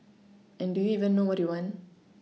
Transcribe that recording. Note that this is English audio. and do you even know what you want